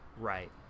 Right